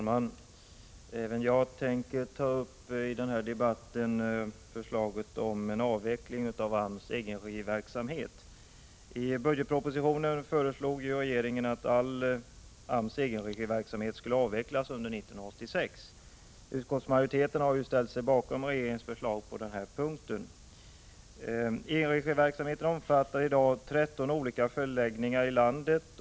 Herr talman! Även jag tänker i denna debatt ta upp förslaget om en avveckling av AMS egenregiverksamhet. I budgetpropositionen föreslår regeringen att all AMS egenregiverksamhet skall avvecklas under 1986. Utskottsmajoriteten har ställt sig bakom regeringens förslag på denna punkt. Egenregiverksamheten omfattar i dag 13 olika förläggningar i landet.